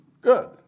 Good